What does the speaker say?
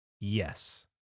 yes